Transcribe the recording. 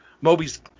Moby's